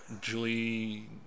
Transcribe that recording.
Julie